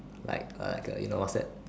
like a like you know what's that